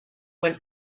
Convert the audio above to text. when